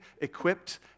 equipped